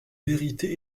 vérités